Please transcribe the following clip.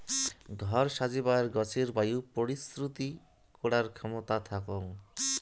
ঘর সাজেবার গছের বায়ু পরিশ্রুতি করার ক্ষেমতা থাকং